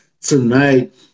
tonight